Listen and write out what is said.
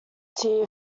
tear